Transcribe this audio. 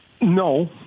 no